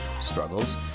struggles